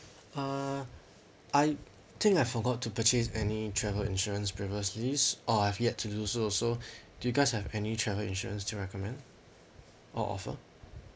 uh I think I forgot to purchase any travel insurance previously or I've yet to use so do you guys have any travel insurance to recommend or offer